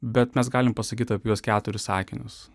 bet mes galim pasakyti apie juos keturis sakinius